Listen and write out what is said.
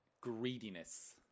Greediness